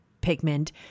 pigment